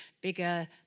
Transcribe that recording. bigger